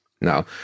Now